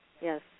yes